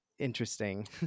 interesting